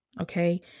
okay